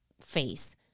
face